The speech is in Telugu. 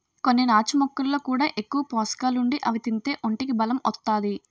కొన్ని నాచు మొక్కల్లో కూడా ఎక్కువ పోసకాలుండి అవి తింతే ఒంటికి బలం ఒత్తాది